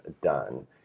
done